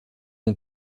ont